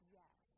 yes